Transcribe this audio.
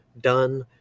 done